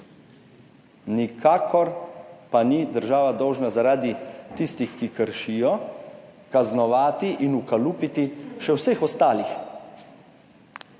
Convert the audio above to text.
Nikakor pa ni država dolžna, zaradi tistih, ki kršijo kaznovati in ukalupiti še vseh ostalih.